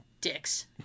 Dicks